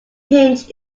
hinge